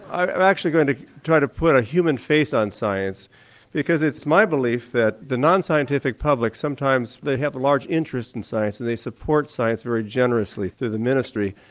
i'm actually going to try and put a human face on science because it's my belief that the non-scientific public sometimes they have large interest in science and they support science very generously through the ministry,